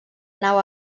nau